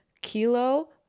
Kilo